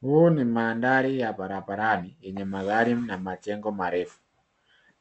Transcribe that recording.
Huu ni mandhari ya barabarani, yenye magari na majengo marefu.